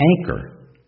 anchor